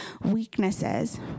weaknesses